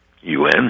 UN